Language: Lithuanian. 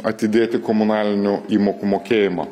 atidėti komunalinių įmokų mokėjimą